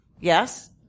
Yes